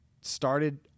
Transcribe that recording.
started